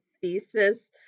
thesis